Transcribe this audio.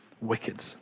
wicked